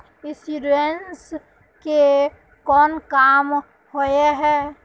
Insurance के कोन काम होय है?